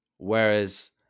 Whereas